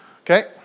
Okay